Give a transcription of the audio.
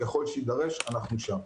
ככל שיידרש אנחנו שם.